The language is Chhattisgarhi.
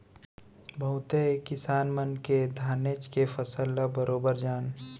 बहुते किसान मन के धानेच के फसल ल बरोबर जान